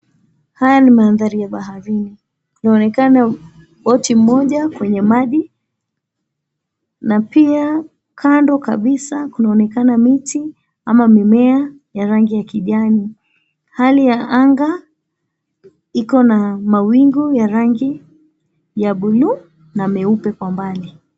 Haya ni mandhari ya baharini. Kunaonekana boti moja kwenye maji na pia kando kabisa kunaonekana miti ama mimea ya rangi ya kijani. Hali ya anga iko na mawingu ya rangi ya buluu na meupe kwa mbali.